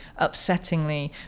upsettingly